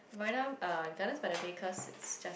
Marina um Gardens-By-The-Bay cause it's just